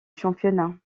championnat